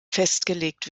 festgelegt